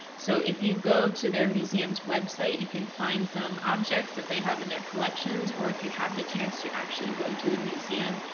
so, if you go to their museum's website, you can find some objects that they have in their collections or if you have the chance to actually go to the museum.